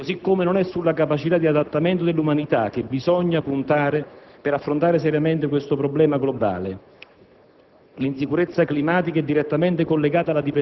di sovrastimare l'incertezza e il dubbio. Così come non è sulla capacità di adattamento dell'umanità che bisogna puntare per affrontare seriamente questo problema globale.